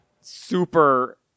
super